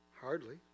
Hardly